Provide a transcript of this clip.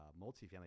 multifamily